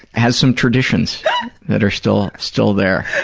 has some traditions that are still still there.